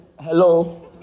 hello